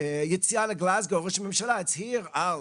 היציאה לגלזגו, ראש הממשלה הצהיר על